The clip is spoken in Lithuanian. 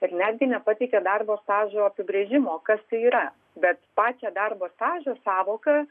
ir netgi nepateikia darbo stažo apibrėžimo kas tai yra bet pačio darbo stažo sąvoka